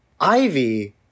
Ivy